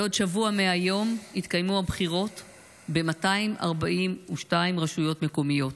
בעוד שבוע מהיום יתקיימו הבחירות ב-242 רשויות מקומיות.